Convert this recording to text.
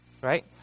Right